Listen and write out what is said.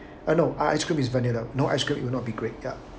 uh no ice cream be vanilla no ice cream it will not be great ya